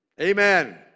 Amen